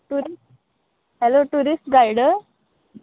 ट्युरी hello tourist guide